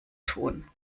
tun